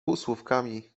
półsłówkami